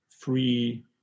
free